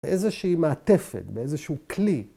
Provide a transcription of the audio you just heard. ‫באיזושהי מעטפת, באיזשהו כלי.